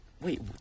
Wait